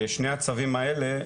ושני הצווים האלה,